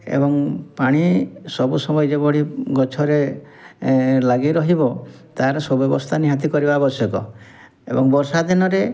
ଏବଂ ପାଣି ସବୁ ସମୟେ ଯେଉଁଭଳି ଗଛରେ ଲାଗି ରହିବ ତା'ର ସୁବ୍ୟବସ୍ଥା ନିହାତି କରିବା ଆବଶ୍ୟକ ଏବଂ ବର୍ଷା ଦିନରେ